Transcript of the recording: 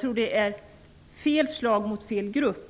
tror att det är fel slag mot fel grupp.